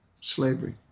slavery